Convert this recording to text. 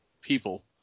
people